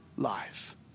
life